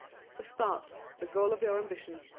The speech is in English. the start, the goal of your ambition.